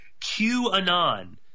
QAnon